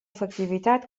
efectivitat